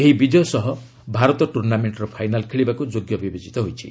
ଏହି ବିଜୟ ସହ ଭାରତ ଟୁର୍ଣ୍ଣାମେଣ୍ଟର ଫାଇନାଲ୍ ଖେଳିବାକୁ ଯୋଗ୍ୟ ବିବେଚିତ ହୋଇଛି